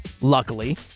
luckily